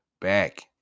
back